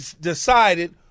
decided